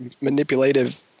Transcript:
manipulative